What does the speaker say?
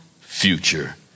future